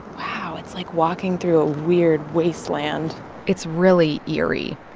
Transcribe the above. wow. it's like walking through a weird wasteland it's really eerie.